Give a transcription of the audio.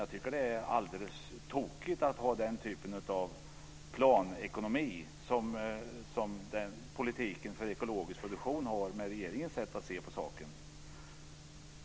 Jag tycker att det är alldeles tokigt att ha den typen av planekonomi som politiken för ekologisk produktion innebär med regeringens sätt att se på saken.